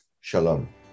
Shalom